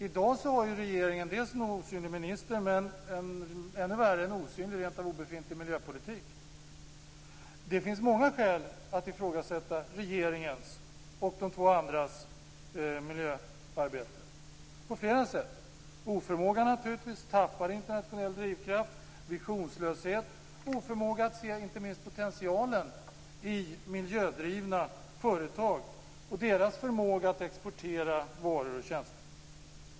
I dag har regeringen en osynlig minister och, ännu värre, en osynlig, rent av obefintlig, miljöpolitik. Det finns många skäl att ifrågasätta regeringens och de två andras miljöarbete på flera sätt: oförmågan, tappad internationell drivkraft, visionslöshet, oförmåga att se inte minst potentialen i miljödrivna företag och deras förmåga att exportera varor och tjänster.